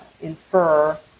infer